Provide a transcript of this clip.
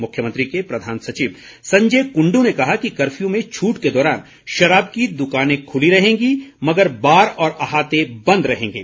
मुख्यमंत्री के प्रधान सचिव संजय कुंडू ने कहा कि कर्फ्यू में छूट के दौरान शराब की दुकानें खुली रहेंगी मगर बार और अहाते बंद रहेंगे